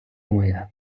моя